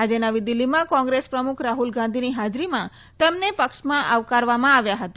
આજે નવી દિલ્હીમાં કોંગ્રેસ પ્રમુખ રાહલ ગાંધીની હાજરીમાં તેમને પક્ષમાં આવકારવામાં આવ્યા હતા